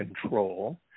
control